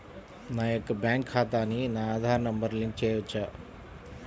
నా యొక్క బ్యాంక్ ఖాతాకి నా ఆధార్ నంబర్ లింక్ చేయవచ్చా?